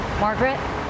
Margaret